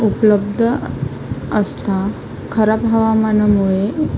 उपलब्ध असतात खराब हवामानामुळे